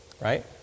right